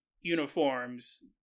uniforms